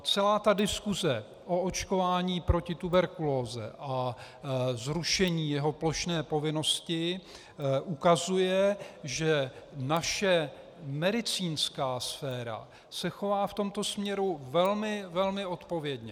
Celá ta diskuse o očkování proti tuberkulóze a zrušení jeho plošné povinnosti ukazuje, že naše medicínská sféra se chová v tomto směru velmi, velmi odpovědně.